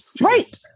right